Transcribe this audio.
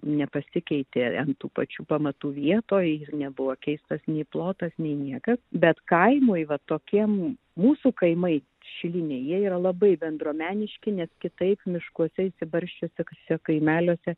nepasikeitė ant tų pačių pamatų vietoj ir nebuvo keistas nei plotas nei niekas bet kaimui va tokiem mūsų kaimai šiliniai jie yra labai bendruomeniški nes kitaip miškuose išsibarsčiusiuose kaimeliuose